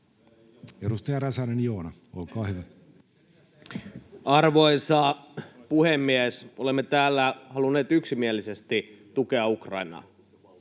Edustaja Räsänen, Joona, olkaa hyvä. Arvoisa puhemies! Olemme täällä halunneet yksimielisesti tukea Ukrainaa,